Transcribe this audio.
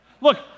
Look